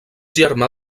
germà